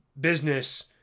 business